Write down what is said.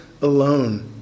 alone